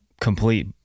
complete